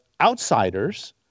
outsiders